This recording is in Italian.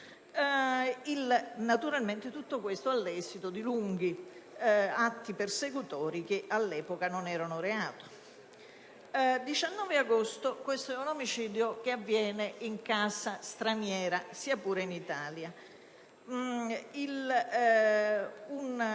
Naturalmente tutto questo all'esito di lunghi atti persecutori che all'epoca non costituivano reato; 19 agosto (questo è un omicidio che avviene in casa straniera, anche se in Italia),